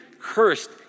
cursed